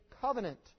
covenant